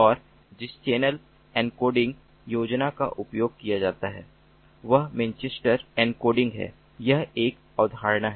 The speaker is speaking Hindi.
और जिस चैनल एन्कोडिंग योजना का उपयोग किया जाता है वह मैनचेस्टर एन्कोडिंग है यह एक अवधारणा है